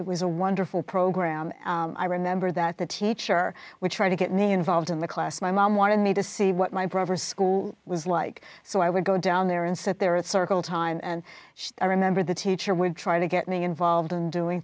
it was a wonderful program i remember that the teacher would try to get me involved in the class my mom wanted me to see what my brother school was like so i would go down there and sit there at circle time and i remember the teacher would try to get me involved and doing